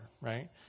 right